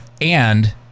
And-